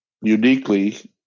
uniquely